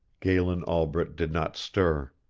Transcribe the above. galen albret did not stir.